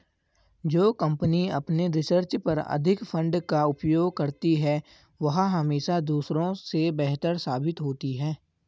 जो कंपनी अपने रिसर्च पर अधिक फंड का उपयोग करती है वह हमेशा दूसरों से बेहतर साबित होती है